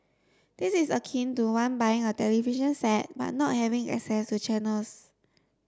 this is akin to one buying a television set but not having assess to channels